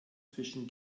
zwischen